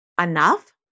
enough